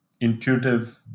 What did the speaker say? intuitive